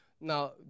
Now